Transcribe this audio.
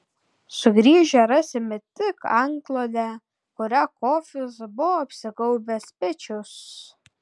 sugrįžę rasime tik antklodę kuria kofis buvo apsigaubęs pečius